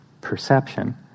perception